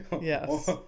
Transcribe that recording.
Yes